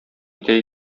итә